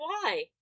why